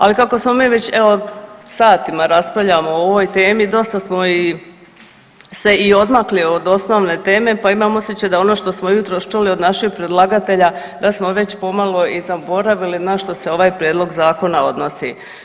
Ali kako smo mi već evo satima raspravljamo o ovoj temi, dosta smo i se i odmakli od osnovne teme pa imam osjećaj da ono što smo jutros čuli od našeg predlagatelja da smo već pomalo i zaboravili na što se ovaj prijedlog zakona odnosi.